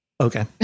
Okay